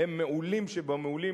הם מעולים שבמעולים,